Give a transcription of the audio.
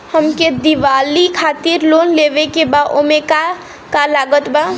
हमके दिवाली खातिर लोन लेवे के बा ओमे का का लागत बा?